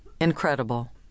Incredible